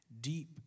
deep